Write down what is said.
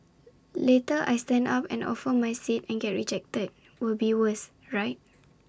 later I stand up and offer my seat and get rejected will be worse right